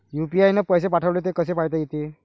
UPI न पैसे पाठवले, ते कसे पायता येते?